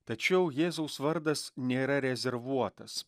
tačiau jėzaus vardas nėra rezervuotas